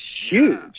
huge